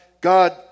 God